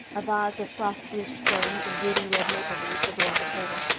a vase of frost-bleached ferns and ruby-red maple leaves adorned the table,